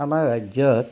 আমাৰ ৰাজ্যত